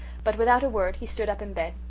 but without a word he stood up in bed,